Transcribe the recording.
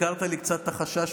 הזכרת לי קצת את החשש,